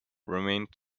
remained